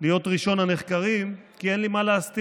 להיות ראשון הנחקרים, כי אין לי מה להסתיר,